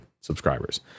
subscribers